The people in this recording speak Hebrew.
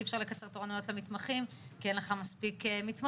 אי אפשר לקצר תורנויות למתמחים כי אין לך מספיק מתמחים,